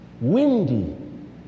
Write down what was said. windy